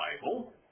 Bible